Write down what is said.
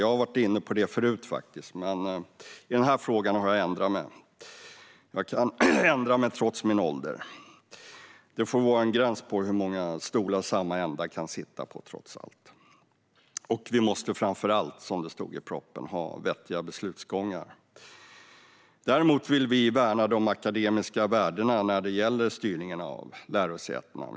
Jag har varit inne på detta förut, men i den här frågan har jag ändrat mig. Jag kan ändra mig, trots min ålder. Det får trots allt finnas en gräns för hur många stolar samma ända kan sitta på. Och det måste framför allt, som det står i propositionen, vara vettiga beslutsgångar. Däremot vill vi värna de akademiska värdena när det gäller styrningen av lärosätena.